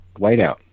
whiteout